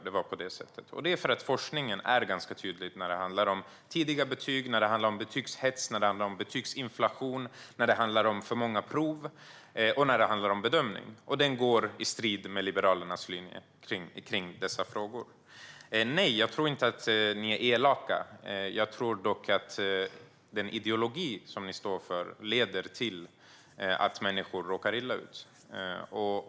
Det är för att forskningen är ganska tydlig när det handlar om tidiga betyg, betygshets och betygsinflation, när det handlar om för många prov och när det handlar om bedömning. Forskningen går i strid med Liberalernas linje i dessa frågor. Nej, jag tror inte att ni är elaka. Jag tror dock att den ideologi som ni står för leder till att människor råkar illa ut.